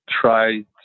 try